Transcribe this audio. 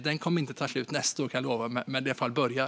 Den kommer inte ta slut nästa år, kan jag lova, men den har i alla fall börjat.